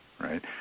right